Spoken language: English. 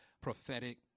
prophetic